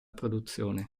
produzione